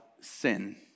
sin